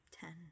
Ten